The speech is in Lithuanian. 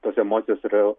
tos emocijos yra